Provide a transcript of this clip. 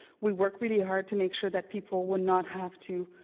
we work really hard to make sure that people will not have to